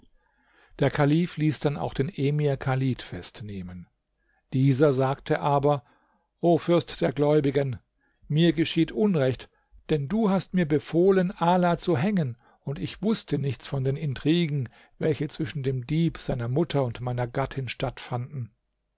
der kalif ließ dann auch den emir chalid festnehmen dieser sagte aber o fürst der gläubigen mir geschieht unrecht denn du hast mir befohlen ala zu hängen und ich wußte nichts von den intrigen welche zwischen dem dieb seiner mutter und meiner gattin stattfanden